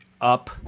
up